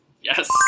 Yes